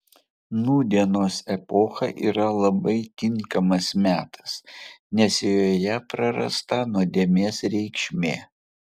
nūdienos epocha yra labai tinkamas metas nes joje prarasta nuodėmės reikšmė